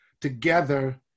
together